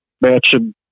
matching